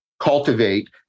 cultivate